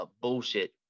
Bullshit